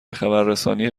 خبررسانی